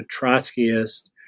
Trotskyist